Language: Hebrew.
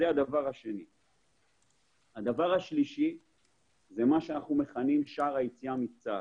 הדבר השלישי הוא מה שאנחנו מכנים שער היציאה מצה"ל.